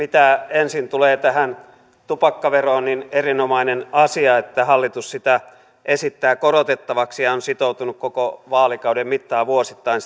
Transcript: ensin mitä tulee tähän tupakkaveroon erinomainen asia että hallitus sitä esittää korotettavaksi ja on sitoutunut koko vaalikauden mittaan vuosittain